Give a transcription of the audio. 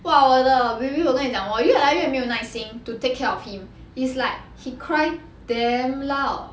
!wah! 我的 baby 我跟你讲我越来越没有耐心 to take care of him he's like he cry damn loud